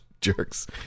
jerks